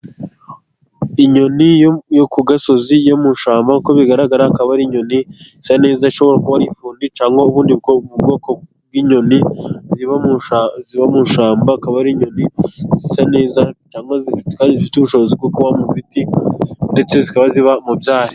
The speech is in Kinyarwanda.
Inyoni yo ku gasozi yo mu ishyamba, uko bigaragara akaba ari inyoni isa neza ishobora kuba ifundi ,cyangwa ubundi bwoko bw'inyoni ziba mu ishyamba, akaba ari inyoni zisa n'izifite ubushobozi bwo kuba mu biti, ndetse zikaba ziba mu byari.